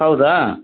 ಹೌದಾ